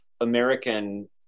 American